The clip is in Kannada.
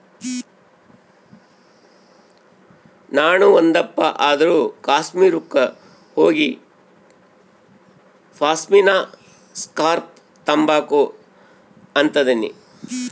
ನಾಣು ಒಂದಪ್ಪ ಆದ್ರೂ ಕಾಶ್ಮೀರುಕ್ಕ ಹೋಗಿಪಾಶ್ಮಿನಾ ಸ್ಕಾರ್ಪ್ನ ತಾಂಬಕು ಅಂತದನಿ